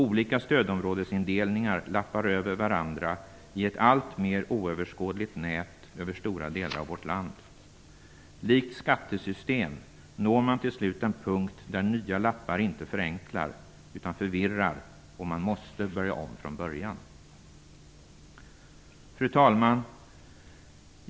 Olika stödområdesindelningar lappar över varandra i ett alltmer oöverskådligt nät över stora delar av vårt land. Liksom i ett skattesystem når man till slut en punkt där nya lappar inte förenklar utan förvirrar och man måste börja om från början. Fru talman!